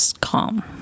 calm